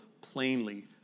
plainly